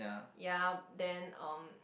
ya then um